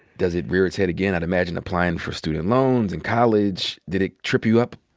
does it rear its head again? i'd imagine applyin' for student loans and college, did it trip you up?